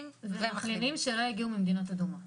מחלימים שלא הגיעו ממדינות אדומות.